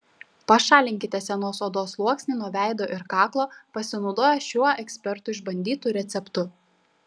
pašalinkite senos odos sluoksnį nuo veido ir kaklo pasinaudoję šiuo ekspertų išbandytu receptu